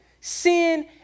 sin